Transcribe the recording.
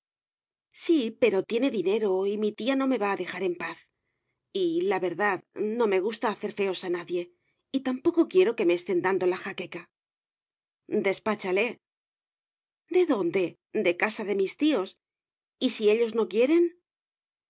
sí pero tiene dinero y mi tía no me va a dejar en paz y la verdad no me gusta hacer feos a nadie y tampoco quiero que me estén dando la jaqueca despáchale de dónde de casa de mis tíos y si ellos no quieren